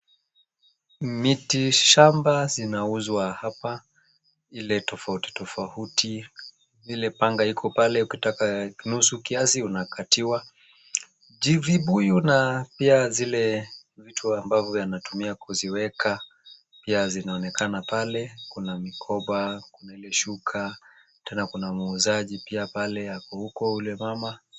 Miti shamba zinauzwa hapa ile tofauti tofauti, pia panga iko pale ukitaka nusu kiasi unakatiwa, vijibuyu na pia zile vitu ambavyo anatumia kuziweka pia zinaonekana pale, kuna mikoba na kuna ile shuka, tena kuna muuzaji pia pale ako huko, yule mama.